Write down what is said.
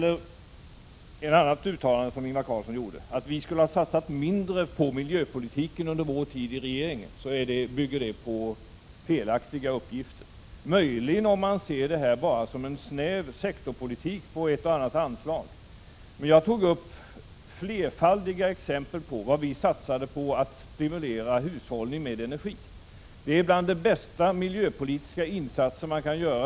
Ett annat uttalande som Ingvar Carlsson gjorde, att vi skulle ha satsat mindre på miljöpolitiken under vår tid i regeringen, bygger på felaktiga uppgifter. Möjligen kan det ligga något i uttalandet om man ser det hela bara som en snäv sektorpolitik i fråga om ett och annat anslag. Men jag tog upp flera exempel på att vi satsat på att stimulera hushållning med energi. Det är bland de bästa miljöpolitiska insatser man kan göra.